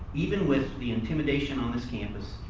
even with the intimidation on this campus.